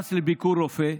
מס על ביקור רופא,